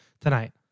Tonight